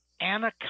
Anaconda